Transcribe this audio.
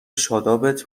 شادابت